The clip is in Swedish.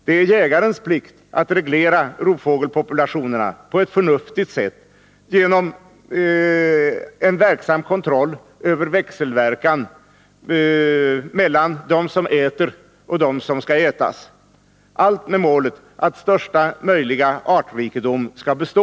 Det är jägarens plikt att reglera rovfågelspopulatio Onsdagen den nerna på ett förnuftigt sätt, genom en verksam kontroll över växelverkan 18 november 1981 mellan dem som äter och dem som skall ätas, allt med målet att största möjliga artrikedom skall bestå.